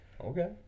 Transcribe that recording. Okay